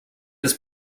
his